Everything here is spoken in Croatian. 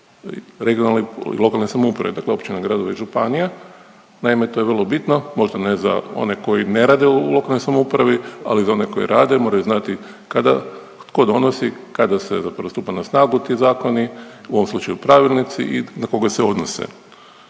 regionalne i lokalne samouprave, dakle općina, gradova i županija. Naime, to je vrlo bitno, možda ne za one koji ne rade u lokalnoj samoupravi, ali za one koji rade moraju znati tko donosi, kada se zapravo stupa na snagu ti zakoni, u ovom slučaju pravilnici i na koga se odnose.